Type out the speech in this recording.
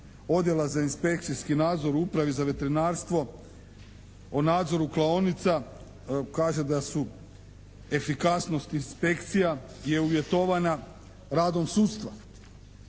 Odjela za inspekcijski nadzor u Upravi za veterinarstvo o nadzoru klaonica kaže da su efikasnost inspekcija je uvjetovana radom sudstva.